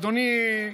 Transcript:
אדוני,